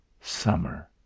summer